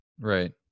Right